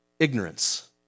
Ignorance